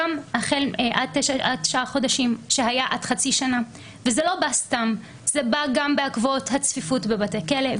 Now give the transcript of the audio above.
זה לא במסגרת החקיקה הזו.